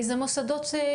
באיזה מוסדות זה?